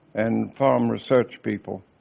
and farm research people.